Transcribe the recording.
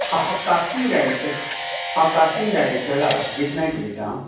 हांव casting director हांव casting director Rajdeep Naik उलयतां